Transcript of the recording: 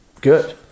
Good